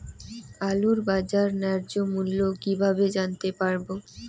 আলুর বাজার ন্যায্য মূল্য কিভাবে জানতে পারবো?